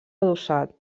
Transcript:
adossat